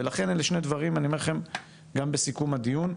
ולכן אלה שני דברים אני אומר לכם גם בסיכום הדיון,